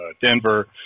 denver